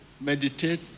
meditate